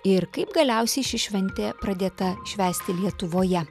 ir kaip galiausiai ši šventė pradėta švęsti lietuvoje